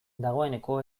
dagoeneko